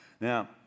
Now